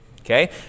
Okay